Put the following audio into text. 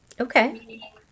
Okay